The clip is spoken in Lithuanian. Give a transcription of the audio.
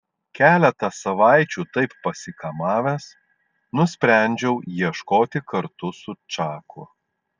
keletą savaičių taip pasikamavęs nusprendžiau ieškoti kartu su čaku